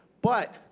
but